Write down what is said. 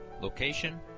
location